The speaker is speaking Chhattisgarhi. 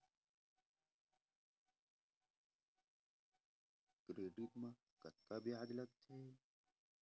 क्रेडिट मा कतका ब्याज लगथे?